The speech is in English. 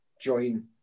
join